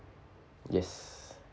yes